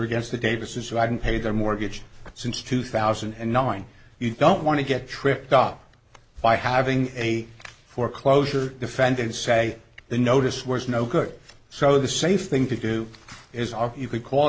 against the davis right and pay their mortgage since two thousand and nine you don't want to get tripped up by having a foreclosure defended say the notice was no good so the safe thing to do is are you could call